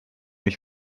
ich